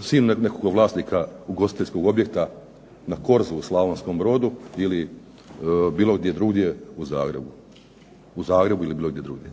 sinu nekog vlasnika ugostiteljskog objekta na korzu u Slavonskom Brodu ili bilo gdje drugdje u Zagrebu, u Zagrebu ili bilo gdje drugdje.